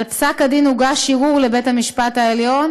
על פסק הדין הוגש ערעור לבית-המשפט העליון,